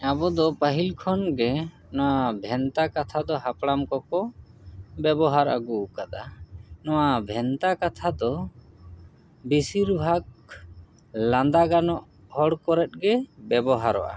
ᱟᱵᱚ ᱫᱚ ᱯᱟᱹᱦᱤᱞ ᱠᱷᱚᱱ ᱜᱮ ᱱᱚᱣᱟ ᱵᱷᱮᱱᱛᱟ ᱠᱟᱛᱷᱟ ᱫᱚ ᱦᱟᱯᱲᱟᱢ ᱠᱚᱠᱚ ᱵᱮᱵᱚᱦᱟᱨ ᱟᱹᱜᱩᱣᱟᱠᱟᱫᱟ ᱱᱚᱣᱟ ᱵᱷᱮᱱᱛᱟ ᱠᱟᱛᱷᱟ ᱫᱚ ᱵᱤᱥᱤᱨ ᱵᱷᱟᱜᱽ ᱞᱟᱸᱫᱟ ᱜᱟᱱᱚᱜ ᱦᱚᱲ ᱠᱚᱨᱮ ᱜᱮ ᱵᱮᱵᱚᱦᱟᱨᱚᱜᱼᱟ